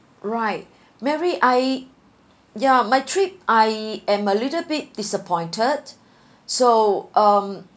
right mary I ya my trip I am a little bit disappointed so um